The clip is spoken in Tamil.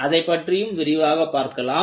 அதைப் பற்றியும் விரிவாக பார்க்கலாம்